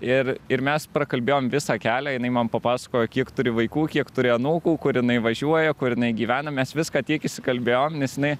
ir ir mes prakalbėjom visą kelią jinai man papasakojo kiek turi vaikų kiek turi anūkų kur jinai važiuoja kur jinai gyvena mes viską tiek įsikalbėjom nes jinai